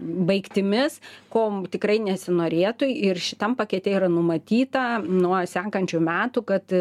baigtimis ko mum tikrai nesinorėtų ir šitam pakete yra numatyta nuo sekančių metų kad